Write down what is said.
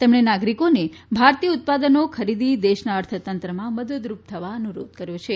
તેમણે નાગરિકોને ભારતીય ઉત્પાદનો ખરીદી દેશના અર્થતંત્રમાં મદદરૂપ થવા અનુરોધ કર્યો છે